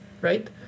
right